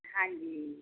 ਹਾਂਜੀ